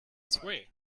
sway